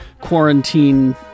quarantine